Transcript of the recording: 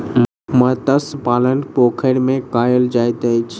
मत्स्य पालन पोखैर में कायल जाइत अछि